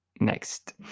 next